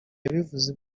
yabivuze